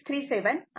637 Im